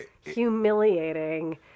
humiliating